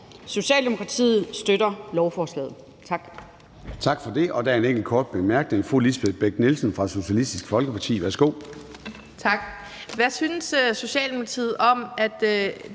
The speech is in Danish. Socialdemokratiet støtter lovforslaget.